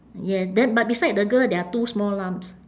yes then but beside the girl there are two small lumps